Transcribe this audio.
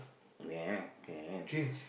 ya can